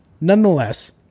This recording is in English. Nonetheless